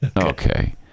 Okay